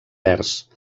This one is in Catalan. verds